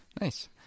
Nice